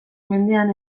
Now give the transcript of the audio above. mendean